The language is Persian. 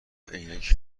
عینک